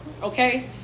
Okay